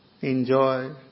enjoy